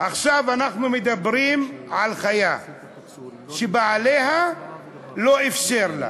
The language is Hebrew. עכשיו אנחנו מדברים על חיה שבעליה לא אפשר לה,